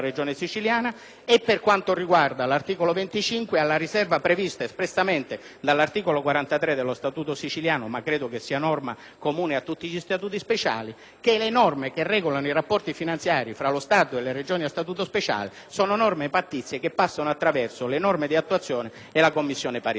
25 del testo del disegno di legge, alla riserva prevista espressamente dall'articolo 43 dello Statuto siciliano (ma credo che sia norma comune a tutti gli Statuti speciali), in virtù della quale le disposizioni che regolano i rapporti finanziari tra lo Stato e le Regioni a Statuto speciale sono norme pattizie che passano attraverso le norme di attuazione e la Commissione paritetica.